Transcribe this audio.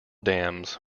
dams